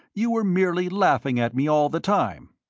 you were merely laughing at me all the time!